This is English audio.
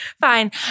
Fine